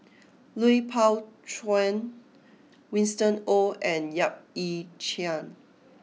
Lui Pao Chuen Winston Oh and Yap Ee Chian